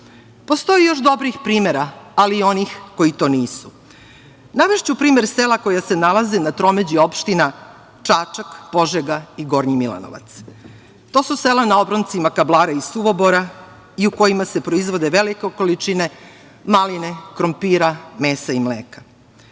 još dobrih primera, ali i oni koji to nisu. Navešću primer sela koja se nalaze na tromeđi opština Čačak, Požega i Gornji Milanovac. To su sela na obroncima Kablara i Suvobora, i u kojima se proizvodi velika količina malina, krompira, mesa i mleka. To